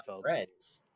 friends